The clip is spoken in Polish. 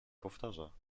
powtarza